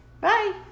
Bye